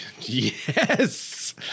Yes